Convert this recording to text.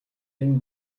энэ